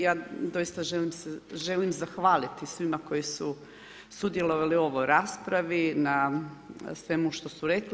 Ja doista želim se zahvaliti svima koji su sudjelovali u ovoj raspravi, na svemu što su rekli.